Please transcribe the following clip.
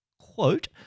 quote